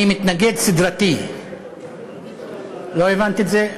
אני מתנגד סדרתי, לא הבנת את זה?